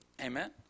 Amen